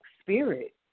spirit